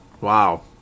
Wow